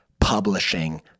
publishing